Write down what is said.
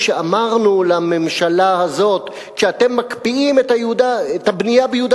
כשאמרנו לממשלה הזאת: כשאתם מקפיאים את הבנייה ביהודה